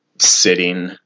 sitting